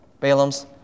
Balaam's